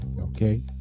Okay